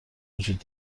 وجود